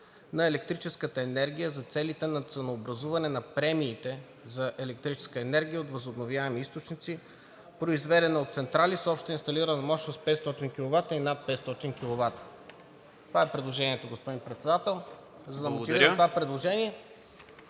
на електрическата енергия за целите на ценообразуване на премиите за електрическа енергия от възобновяеми източници, произведена от централи с обща инсталирана мощност 500 киловата и над 500 киловата.“ Това е предложението, господин Председател. За да